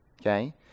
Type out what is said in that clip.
Okay